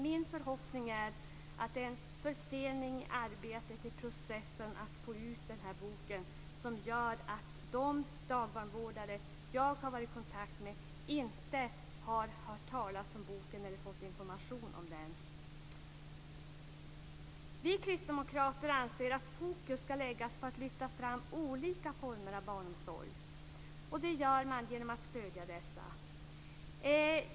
Min förhoppning är att det är en försening i arbetet, i processen, att få ut boken, som gör att de dagbarnvårdare jag har varit i kontakt med inte har hört talas om boken eller fått information om den. Vi kristdemokrater anser att fokus ska läggas på att lyfta fram olika former av barnomsorg. Det gör man genom att stödja dessa.